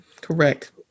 Correct